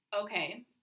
Okay